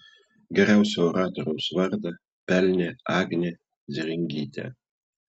geriausio oratoriaus vardą pelnė agnė zėringytė